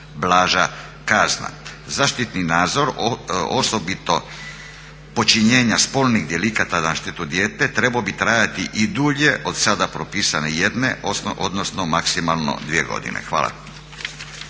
blaža kazna. Zaštitni nadzor osobito počinjenja spolnih delikata na štetu djeteta trebao bi trajati i dulje od sada propisane jedne odnosno maksimalno dvije godine. Hvala.